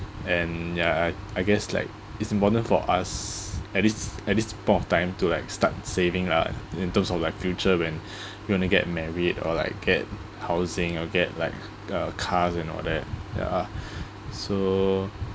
and ya I I guess like it's important for us at this at this point of time to like start saving lah in terms of like future when you want to get married or like get housing or get like uh cars and all that ya uh so